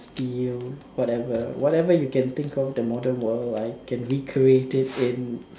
steel whatever whatever you can think of the modern world I can recreate it in